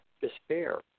despair